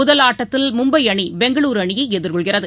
முதல் ஆட்டத்தில் மும்பைஅணிபெங்களூர்ர அணியைஎதிர்கொள்கிறது